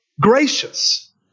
gracious